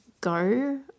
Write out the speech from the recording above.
go